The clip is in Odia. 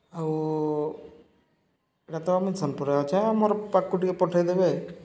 ଆଉ ଇଟା ତ ମୁଇଁ ସୋନ୍ପୁରେ ଅଛେଁ ମୋର୍ ପାଖ୍କୁ ଟିକେ ପଠେଇଦେବେ